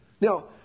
Now